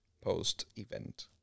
post-event